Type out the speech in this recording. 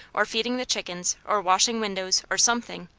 or feeding the chickens, or washing windows, or something.